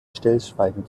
stillschweigen